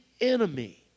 enemy